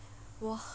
!wah!